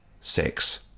Six